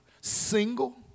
single